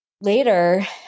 later